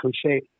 cliche